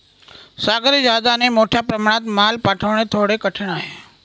सागरी जहाजाने मोठ्या प्रमाणात माल पाठवणे थोडे कठीण आहे